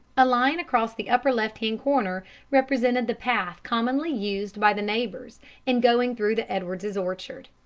a line across the upper left-hand corner represented the path commonly used by the neighbors in going through the edwards's orchard.